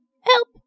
Help